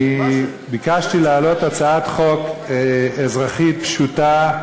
אני ביקשתי להעלות הצעת חוק אזרחית פשוטה,